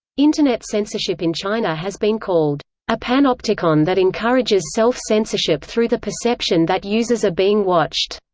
internet censorship in china has been called a panopticon that encourages self-censorship through the perception that users are being watched.